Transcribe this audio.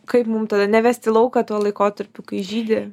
kaip mum tada nevest į lauką tuo laikotarpiu kai žydi